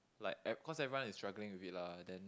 like e~ cause everyone is struggling with it lah then